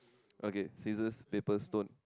okay scissors paper stone